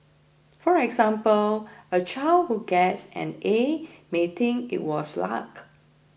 for example a child who gets an A may think it was luck